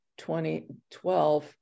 2012